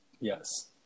Yes